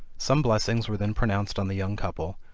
some blessings were then pronounced on the young couple,